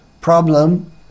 problem